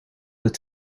het